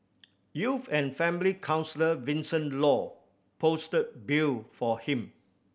youth and family counsellor Vincent Law posted bail for him